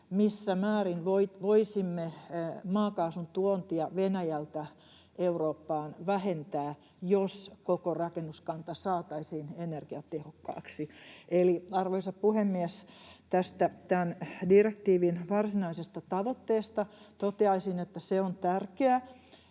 missä määrin voisimme maakaasun tuontia Venäjältä Eurooppaan vähentää, jos koko rakennuskanta saataisiin energiatehokkaaksi. Eli, arvoisa puhemies, tästä tämän direktiivin varsinaisesta tavoitteesta toteaisin, että se on tärkeä,